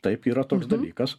taip yra toks dalykas